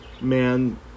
man